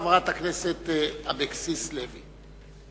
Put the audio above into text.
חברת הכנסת אבקסיס לוי.